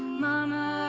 mama,